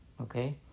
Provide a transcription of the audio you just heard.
okay